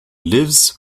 lives